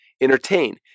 Entertain